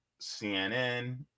CNN